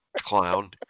clown